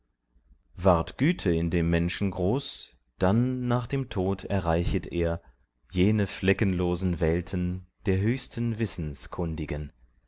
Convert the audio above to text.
ward güte in dem menschen groß dann nach dem tod erreichet er jene fleckenlosen welten der höchsten